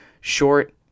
Short